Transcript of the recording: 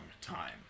time